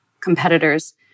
competitors